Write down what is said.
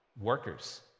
workers